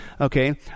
okay